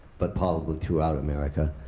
but probably throughout america,